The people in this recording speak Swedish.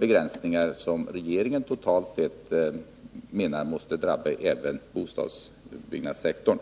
begränsningar som regeringen menar totalt sett måste drabba även bostadsoch byggnadssektorn.